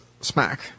smack